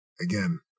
again